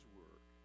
work